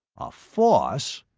a farce?